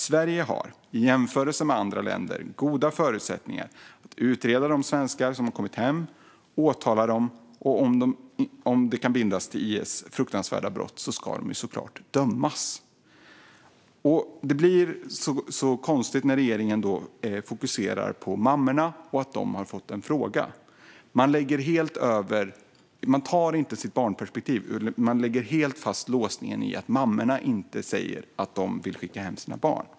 Sverige har i jämförelse med andra länder goda förutsättningar att utreda de svenskar som kommit hem och åtala dem, och om de kan bindas till IS fruktansvärda brott ska de såklart dömas. Det blir så konstigt när regeringen fokuserar på mammorna och att de har fått en fråga. Man har inte barnperspektivet utan lägger låsningen i att mammorna inte säger att de vill skicka hem sina barn.